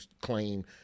claim